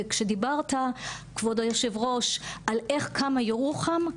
וכשדיברת כבוד יושב הראש על איך קמה ירוחם,